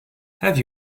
have